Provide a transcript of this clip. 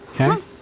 Okay